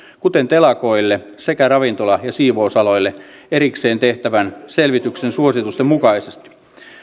kuten telakoille sekä ravintola ja siivousaloille erikseen tehtävän selvityksen suositusten mukaisesti